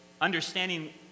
understanding